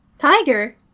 Tiger